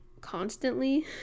constantly